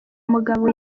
mugabo